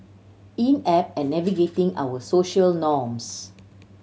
inept at navigating our social norms